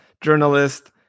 journalist